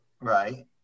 Right